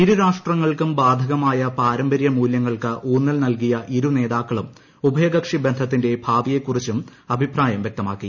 ഇരു രാഷ്ട്രങ്ങൾക്കും ബാധകമായ പാരമ്പര്യ മൂല്യങ്ങൾക്ക് ഊന്നൽ നൽകിയ ഇരു നേതാക്കളും ഉഭയകക്ഷി ബന്ധത്തിന്റെ ഭാവിയെക്കുറിച്ചും അഭിപ്രായം വ്യക്തമാക്കി